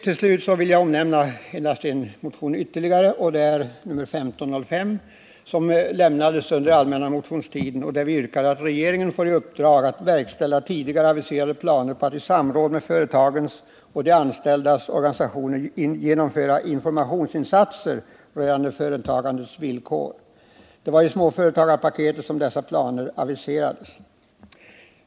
Till slut vill jag omnämna ytterligare en motion, nr 1505, som avlämnades under allmänna motionstiden och där vi yrkat att regeringen får i uppdrag att verkställa tidigare aviserade planer på att i samråd med företagens och de anställdas organisationer genomföra informationsinsatser rörande företagandets villkor. Det var i småföretagarpaketet som dessa planer togs upp.